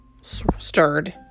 stirred